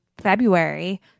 February